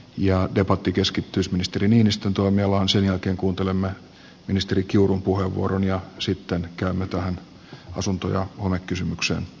ja debatti keskittyisi ministeri niinistön toimialaan sen jälkeen kuuntelemme ministeri kiurun puheenvuoron ja sitten kämmentään asunto ja homekysymykseen